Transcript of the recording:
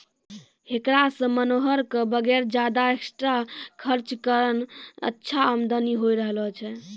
हेकरा सॅ मनोहर कॅ वगैर ज्यादा एक्स्ट्रा खर्च करनॅ अच्छा आमदनी होय रहलो छै